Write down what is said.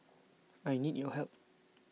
I need your help